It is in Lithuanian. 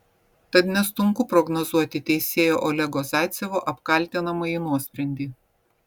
tad nesunku prognozuoti teisėjo olego zaicevo apkaltinamąjį nuosprendį